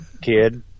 kid